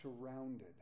surrounded